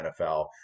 NFL